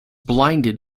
blinded